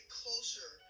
closer